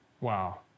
Wow